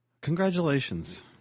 Congratulations